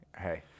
Hey